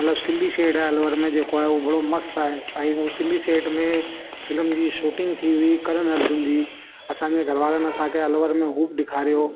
मतिलबु सिंधी शेड आहे अलवर में जेको आहे उहो वॾो मस्तु आहे ऐं हू सिंधी शेड में फिल्म जी शूटींग थी हुई करन अर्जुन जी असां जे घरवारनि असां खे अलवर में हू बि ॾेखारियो